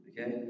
Okay